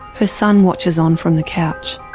her son watches on from the couch.